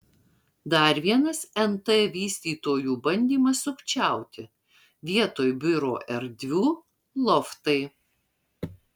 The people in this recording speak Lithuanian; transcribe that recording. dar vienas nt vystytojų bandymas sukčiauti vietoj biuro erdvių loftai